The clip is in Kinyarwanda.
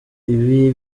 ibi